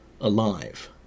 alive